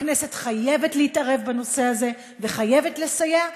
הכנסת חייבת להתערב בנושא הזה וחייבת לסייע,